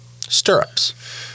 stirrups